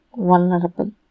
vulnerable